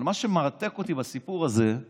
אבל מה שמרתק אותי בסיפור הזה הוא